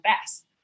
best